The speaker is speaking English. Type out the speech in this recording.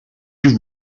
you